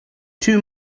two